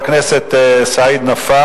כדי למנוע,